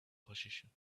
position